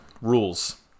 rules